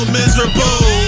miserable